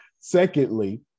Secondly